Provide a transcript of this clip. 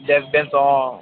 desk bench অঁ